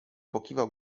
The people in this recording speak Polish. pokiwał